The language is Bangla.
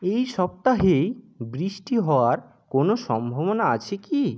এই সপ্তাহেই বৃষ্টি হওয়ার কোনো সম্ভাবনা আছে কি